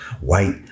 white